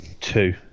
Two